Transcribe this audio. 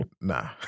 nah